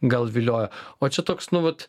gal vilioja o čia toks nu vat